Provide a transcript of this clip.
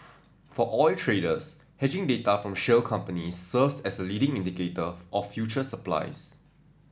for oil traders hedging data from shale companies serves as a leading indicator of future supplies